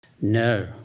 No